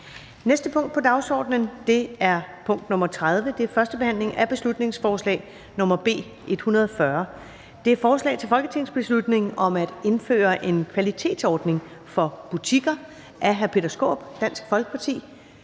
næste punkt på dagsordenen er: 30) 1. behandling af beslutningsforslag nr. B 140: Forslag til folketingsbeslutning om at indføre en kvalitetsordning for butikker. Af Peter Skaarup